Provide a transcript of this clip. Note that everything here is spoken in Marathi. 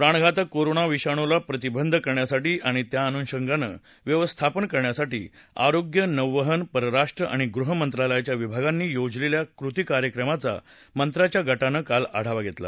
प्राणघातक कोरोना विषाणूला प्रतिबंध कारण्यासाठी आणि त्यानुषंगानं व्यवस्थापन करण्यासाठी आरोग्य नौवहन परराष्ट्र आणि गृह मंत्रालयाच्या विभागांनी योजलेल्या कृती कार्यक्रमाचा मंत्र्यांच्या गटानं काल आढावा घेतला